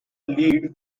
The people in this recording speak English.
lead